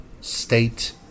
state